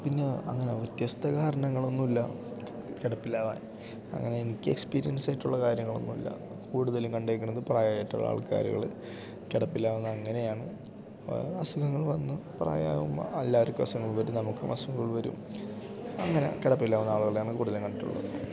പിന്നെ അങ്ങനെ വ്യത്യസ്ത കാരണങ്ങൾ ഒന്നുമില്ല കിടപ്പിലാവാൻ അങ്ങനെ എനിക്ക് എക്സ്പീരിയൻസ് ആയിട്ടുള്ള കാര്യങ്ങൾ ഒന്നുമില്ല കൂടുതലും കണ്ടേക്കുന്നത് പ്രായമായിട്ടുള്ള ആൾക്കാരുകൾ കിടപ്പിലാവുന്ന അങ്ങനെയാണ് അസുഖങ്ങൾ വന്നു പ്രായാവുമ്പോൾ എല്ലാവർക്കും അസുഖങ്ങൾ വരും നമുക്കും അസുഖങ്ങൾ വരും അങ്ങനെ കിടപ്പിലാവുന്ന ആളുകളെയാണ് കൂടുതലും കണ്ടിട്ടുള്ളത്